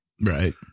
right